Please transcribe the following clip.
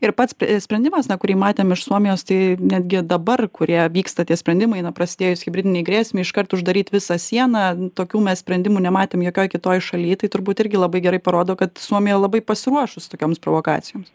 ir pats sprendimas na kurį matėm iš suomijos tai netgi dabar kurie vyksta tie sprendimai na prasidėjus hibridinei grėsmei iškart uždaryt visą sieną tokių mes sprendimų nematėm jokioj kitoj šaly tai turbūt irgi labai gerai parodo kad suomija labai pasiruošus tokioms provokacijoms